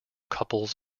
couples